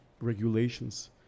regulations